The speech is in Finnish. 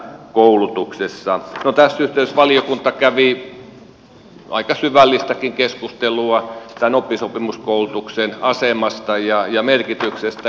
no tässä yhteydessä valiokunta kävi aika syvällistäkin keskustelua tämän oppisopimuskoulutuksen asemasta ja merkityksestä